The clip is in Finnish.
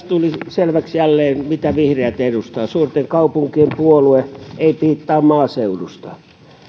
tuli jälleen selväksi mitä vihreät edustavat suurten kaupunkien puolue ei piittaa maaseudusta